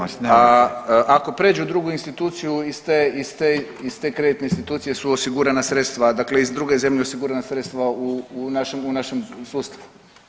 A ako pređu u drugu instituciju iz te kreditne institucije su osigurana sredstva, dakle iz druge zemlje osigurana sredstva u našem sustavu.